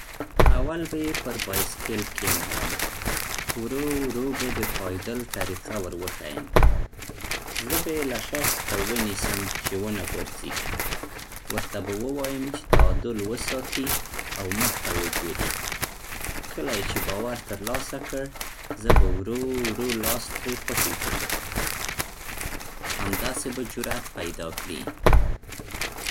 اول به یې پر بایسکل کېنوم. ورو ورو به د پايدل طريقه وروښيم. زه به یې له شا څخه ونیسم چې ونه غورځي. ورته به ووایم چې تعادل وساتي او مخ ته وګوري. کله يې چې باور ترلاسه کړ، زه به ورو ورو لاس ترې خوشي کړم، همداسې به جرات پيدا کړي.